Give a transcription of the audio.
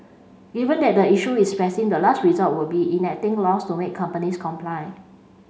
given that the issue is pressing the last resort would be enacting laws to make companies comply